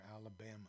Alabama